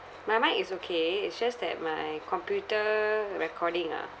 my mic is okay it's just that my computer recording ah